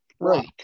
Right